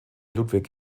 ludwig